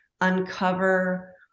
uncover